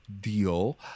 deal